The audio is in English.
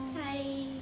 Hi